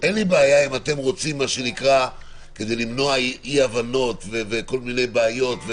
אין לי בעיה אם אתם רוצים לקבוע כדי למנוע אי-הבנות וכל מיני בעיות.